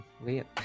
wait